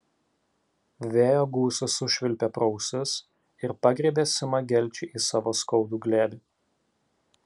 vėjo gūsis sušvilpė pro ausis ir pagriebė simą gelčį į savo skaudų glėbį